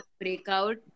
breakout